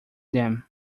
them